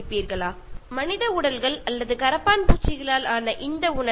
ഇത്തരത്തിൽ മനുഷ്യ മാംസം കൊണ്ടുണ്ടാക്കിയ ആഹാരം കഴിക്കാൻ താല്പര്യപ്പെടുന്നുണ്ടോ